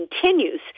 continues